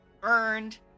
burned